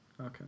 Okay